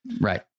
Right